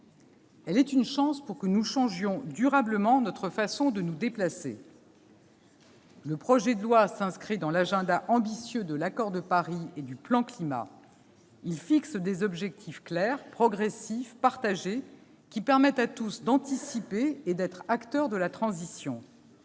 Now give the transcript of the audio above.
elle est une chance, pour que nous changions durablement notre façon de nous déplacer. Le projet de loi s'inscrit dans l'agenda ambitieux de l'accord de Paris et du plan Climat. Il fixe des objectifs clairs, progressifs, partagés, qui permettent à tous d'anticiper et d'être acteurs de la transition.